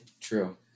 True